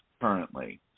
currently